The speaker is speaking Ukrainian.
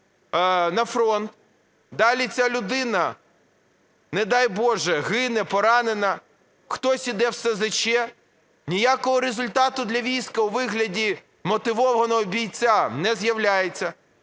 на фронт. Далі ця людина, не дай боже, гине, поранена, хтось йде в СЗЧ. Ніякого результату для війська у вигляді мотивованого бійця не з'являється.